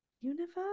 universe